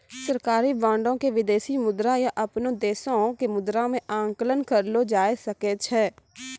सरकारी बांडो के विदेशी मुद्रा या अपनो देशो के मुद्रा मे आंकलन करलो जाय सकै छै